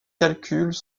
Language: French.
calculs